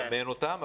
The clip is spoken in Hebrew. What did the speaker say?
לאמן אותם,